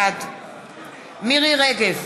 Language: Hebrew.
בעד מירי רגב,